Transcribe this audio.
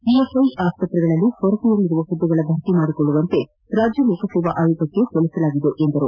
ES I ಆಸ್ಪತ್ರೆಗಳಲ್ಲಿ ಕೊರತೆಯಲ್ಲಿರುವ ಹುದ್ದೆಗಳ ಭರ್ತಿ ಮಾಡಿಕೊಳ್ಳುವಂತೆ ರಾಜ್ಯ ಲೋಕಸೇವಾ ಆಯೋಗಕ್ಕೆ ತಿಳಿಸಲಾಗಿದೆ ಎಂದರು